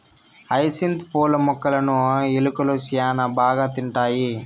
hyacinth పూల మొక్కలును ఎలుకలు శ్యాన బాగా తింటాయి